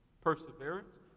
perseverance